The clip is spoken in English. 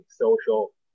social